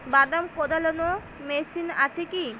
বাদাম কদলানো মেশিন আছেকি?